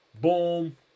boom